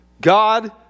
God